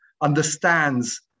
understands